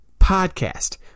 Podcast